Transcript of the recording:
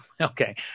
okay